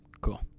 Cool